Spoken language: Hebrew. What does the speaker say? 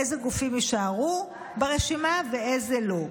איזה גופים יישארו ברשימה ואיזה לא.